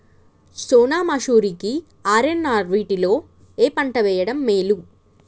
సోనా మాషురి కి ఆర్.ఎన్.ఆర్ వీటిలో ఏ పంట వెయ్యడం మేలు?